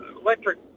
electric